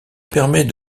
permet